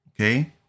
Okay